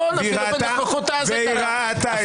היא ראתה את זה,